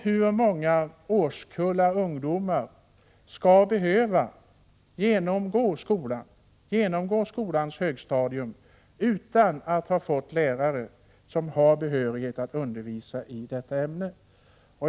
Hur många årskullar ungdomar skall behöva genomgå skolans högstadium utan att ha fått lärare som har behörighet att undervisa i detta ämne?